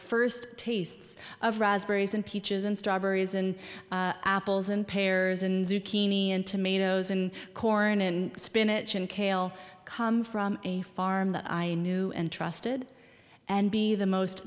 first tastes of raspberries and peaches and strawberries and apples and pears and zucchini and tomatoes and corn in spinach and kale come from a farm that i knew and trusted and be the most